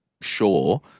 sure